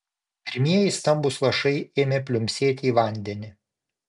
pirmieji stambūs lašai ėmė pliumpsėti į vandenį